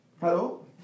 Hello